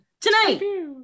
Tonight